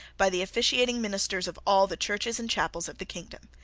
by the officiating ministers of all the churches and chapels of the kingdom.